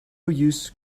use